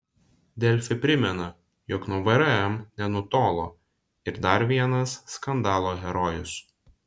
delfi primena jog nuo vrm nenutolo ir dar vienas skandalo herojus